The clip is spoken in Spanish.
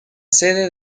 sede